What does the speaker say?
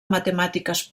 matemàtiques